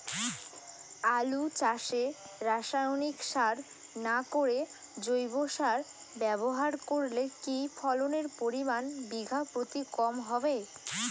আলু চাষে রাসায়নিক সার না করে জৈব সার ব্যবহার করলে কি ফলনের পরিমান বিঘা প্রতি কম হবে?